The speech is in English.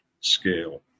scale